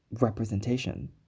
representation